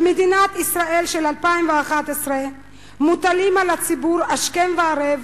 במדינת ישראל של 2011 מוטלים על הציבור השכם והערב